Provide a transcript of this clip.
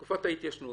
בתקופת ההתיישנות,